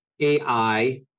AI